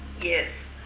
yes